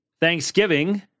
thanksgiving